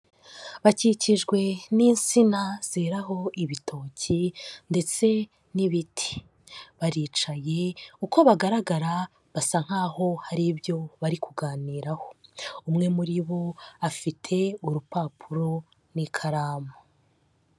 Bakikijwe n'insina zeraho ibitoki ndetse n'ibiti, baricaye uko bagaragara basa nkaho hari ibyo bari kuganiraho, umwe muri bo afite urupapuro n'ikaramu.